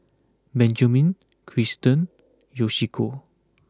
Benjamin Tristan Yoshiko